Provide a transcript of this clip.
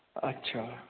ਅੱਛਾ